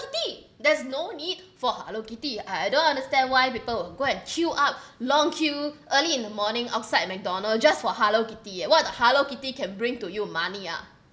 kitty there's no need for hello kitty I I don't understand why people will go and queue up long queue early in the morning outside McDonald's just for hello kitty what the hello kitty can bring to you money ah